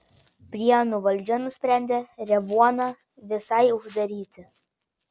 prienų valdžia nusprendė revuoną visai uždaryti